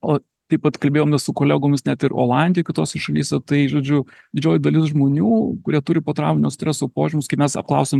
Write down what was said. o taip pat kalbėjomės su kolegomis net ir olandijoj kitose šalyse tai žodžiu didžioji dalis žmonių kurie turi potrauminio streso požymius kai mes apklausėm